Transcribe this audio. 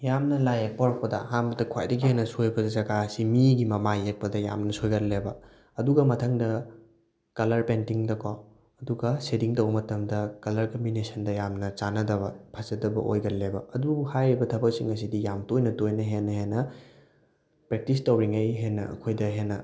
ꯌꯥꯝꯅ ꯂꯥꯏꯌꯦꯛꯄ ꯍꯧꯔꯛꯄꯗ ꯑꯍꯥꯟꯕꯗ ꯈ꯭ꯋꯥꯏꯗꯒꯤ ꯍꯦꯟꯅ ꯁꯣꯏꯕ ꯖꯒꯥꯁꯤ ꯃꯤꯒꯤ ꯃꯃꯥꯏ ꯌꯦꯛꯄꯗ ꯌꯥꯝꯅ ꯁꯣꯏꯒꯜꯂꯦꯕ ꯑꯗꯨꯒ ꯃꯊꯪꯗ ꯀꯂꯔ ꯄꯦꯟꯇꯤꯡꯗꯀꯣ ꯑꯗꯨꯒ ꯁꯦꯗꯤꯡ ꯇꯧꯕ ꯃꯇꯝꯗ ꯀꯂꯔ ꯀꯝꯕꯤꯅꯦꯁꯟꯗ ꯌꯥꯝꯅ ꯆꯥꯟꯅꯗꯕ ꯐꯖꯗꯕ ꯑꯣꯏꯒꯜꯂꯦꯕ ꯑꯗꯨꯕꯨ ꯍꯥꯏꯔꯤꯕ ꯊꯕꯛꯁꯤꯡ ꯑꯁꯤꯗꯤ ꯌꯥꯝꯅ ꯇꯣꯏꯅ ꯇꯣꯏꯅ ꯍꯦꯟꯅ ꯍꯦꯟꯅ ꯄ꯭ꯔꯦꯛꯇꯤꯁ ꯇꯧꯔꯤꯉꯩ ꯍꯦꯟꯅ ꯑꯩꯈꯣꯏꯗ ꯍꯦꯟꯅ